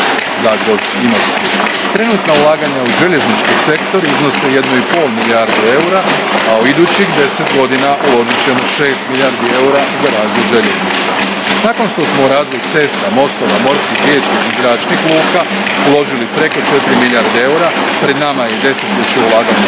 Zagvozd – Imotski. Trenutno ulaganja u željeznički sektor iznose 1,5 milijardu eura, a u idućih deset godina uložit ćemo 6 milijardi eura za razvoj željeznica. Nakon što smo u razvoj cesta, mostova, morskih, riječnih i zračnih luka uložili preko četiri milijarde eura, pred nama je i desetljeće ulaganja